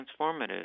transformative